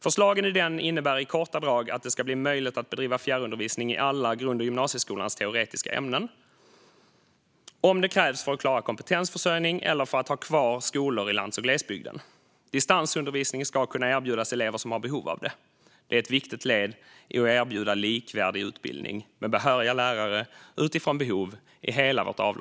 Förslagen i den innebär i korta drag att det ska bli möjligt att bedriva fjärrundervisning i alla grund och gymnasieskolans teoretiska ämnen om det krävs för att klara kompetensförsörjning eller för att ha kvar skolor i lands och glesbygden. Distansundervisning ska kunna erbjudas elever som har behov av det. Det är ett viktigt led i att i hela vårt avlånga land erbjuda likvärdig utbildning med behöriga lärare utifrån behov.